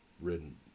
ridden